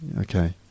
Okay